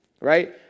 Right